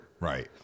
Right